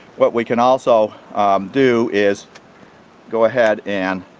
what we can also do is go ahead and